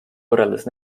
võrreldes